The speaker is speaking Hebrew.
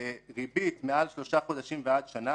ריבית ממוצעת מעל שלושה חודשים ועד שנה,